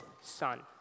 son